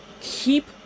keep